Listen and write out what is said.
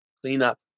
cleanup